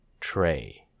tray